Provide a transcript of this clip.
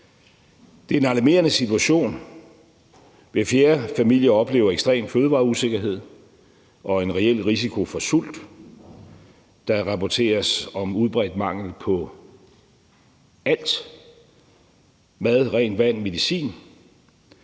Det er en alarmerende situation. Hver fjerde familie oplever ekstrem fødevareusikkerhed og en reel risiko for sult. Der rapporteres om udbredt mangel på alt – mad, rent vand og medicin